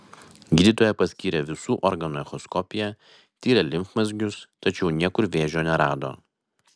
gydytoja paskyrė visų organų echoskopiją tyrė limfmazgius tačiau niekur vėžio nerado